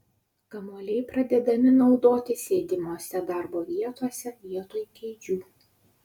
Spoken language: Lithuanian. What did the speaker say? kamuoliai pradedami naudoti sėdimose darbo vietose vietoj kėdžių